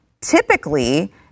typically